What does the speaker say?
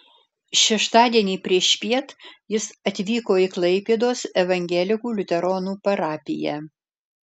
šeštadienį priešpiet jis atvyko į klaipėdos evangelikų liuteronų parapiją